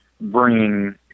bringing